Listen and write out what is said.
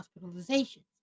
hospitalizations